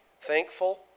thankful